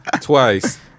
Twice